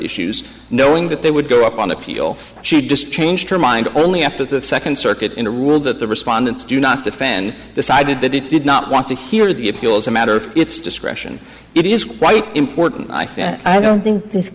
issues knowing that they would go up on appeal she just changed her mind only after the second circuit in a rule that the respondents do not defend decided that it did not want to hear the appeals a matter of its discretion it is quite important i don't think